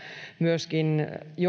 myöskin